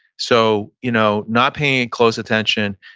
so you know not paying close attention,